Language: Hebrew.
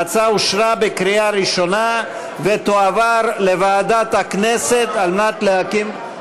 ההצעה אושרה בקריאה ראשונה ותועבר לוועדת הכנסת על מנת להקים,